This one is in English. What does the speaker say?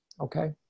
Okay